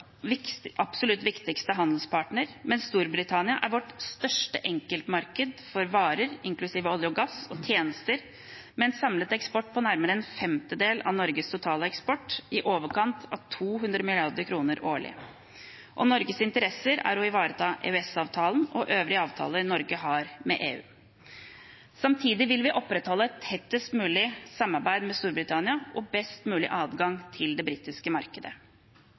absolutt viktigste handelspartner, mens Storbritannia er vårt største enkeltmarked for varer, inklusiv olje og gass, og tjenester med en samlet eksport på nærmere en femtedel av Norges totale eksport, i overkant av 200 mrd. kr årlig. Norges interesser er å ivareta EØS-avtalen og øvrige avtaler Norge har med EU. Samtidig vil vi opprettholde et tettest mulig samarbeid med Storbritannia og best mulig adgang til det britiske markedet.